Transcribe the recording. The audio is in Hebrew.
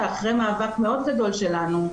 שאחרי מאבק מאוד גדול שלנו,